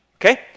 Okay